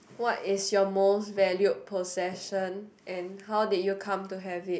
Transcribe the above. what is your most valued possession and how did you come to have it